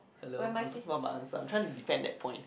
hello I'm talking about my answer I'm trying to defend that point leh